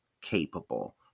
capable